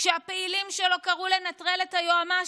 כשהפעילים שלו קראו לנטרל את היועמ"שית,